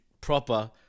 proper